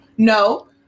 No